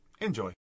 Enjoy